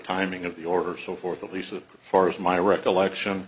timing of the order so forth at least that far as my recollection